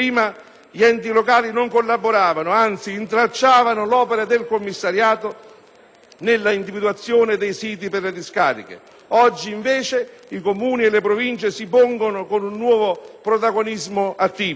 gli enti locali non collaboravano, anzi, intralciavano l'opera del commissariato nella individuazione dei siti per le discariche; oggi, invece, i comuni e le province si pongono con un nuovo protagonismo attivo.